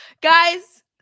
Guys